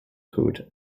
code